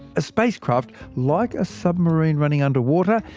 a spacecraft, like a submarine running underwater,